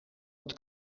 het